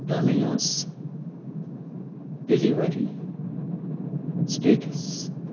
dominos delivery status